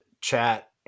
chat